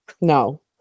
No